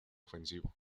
ofensivo